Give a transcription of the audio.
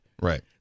Right